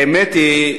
האמת היא,